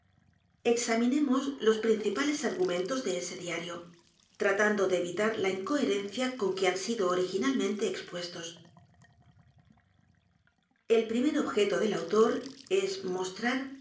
m e n tos de ese diario tratando de evitar la incoherencia con que han sido originalmente expuestos el primer objeto del autor es